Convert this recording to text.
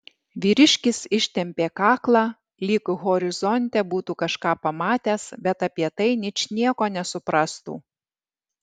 vyriškis ištempė kaklą lyg horizonte būtų kažką pamatęs bet apie tai ničnieko nesuprastų